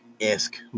esque